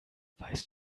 weißt